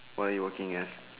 what are you working as